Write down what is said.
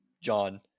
John